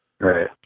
Right